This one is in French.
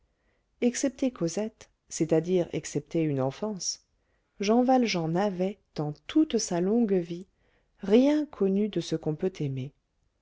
excepté cosette c'est-à-dire excepté une enfance jean valjean n'avait dans toute sa longue vie rien connu de ce qu'on peut aimer